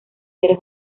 seres